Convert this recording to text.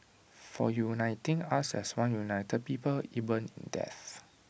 for uniting us as one united people even in death